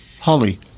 holly